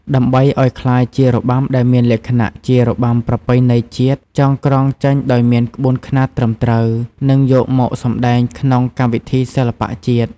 ដើម្បីឱ្យក្លាយជារបាំដែលមានលក្ខណៈជារបាំប្រពៃណីជាតិ ចងក្រងចេញដោយមានក្បួនខ្នាតត្រឹមត្រូវ និងយកមកសម្ដែងក្នុងកម្មវិធីសិល្បៈជាតិ។